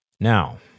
Now